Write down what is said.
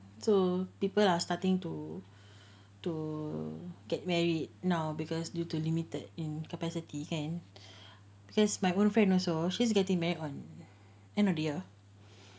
so people are starting to to get married now because due to limited in capacity kan because my own friend also she's getting married on end of the year